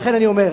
לכן אני אומר,